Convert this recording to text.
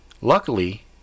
Luckily